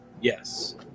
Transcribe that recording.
Yes